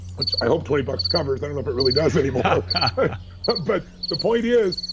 which i hope twenty bucks covers, i don't know if it really does anymore but the point is,